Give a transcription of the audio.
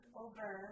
over